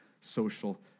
social